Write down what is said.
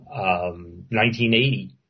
1980